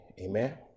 Amen